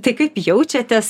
tai kaip jaučiatės